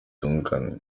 duncan